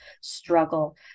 struggle